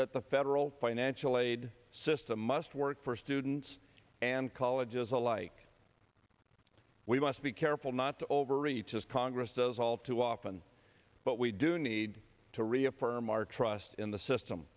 that the federal financial aid system must work for students and colleges alike we must be careful not to overreach as congress does all too often but we do need to reaffirm our trust in the system